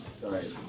sorry